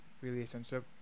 relationship